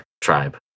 tribe